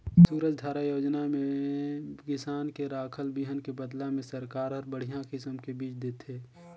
सूरजधारा योजना में किसान के राखल बिहन के बदला में सरकार हर बड़िहा किसम के बिज देथे